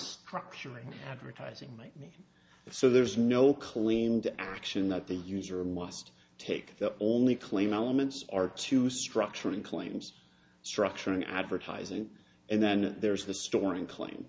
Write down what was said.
structuring advertising might me so there's no clean the action that the user must take the only claim elements are to structuring claims structuring advertising and then there's the storing claim